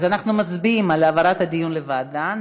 אז אנחנו מצביעים על העברת הדיון לוועדה.